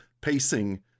pacing